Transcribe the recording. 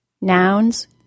Nouns